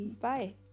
Bye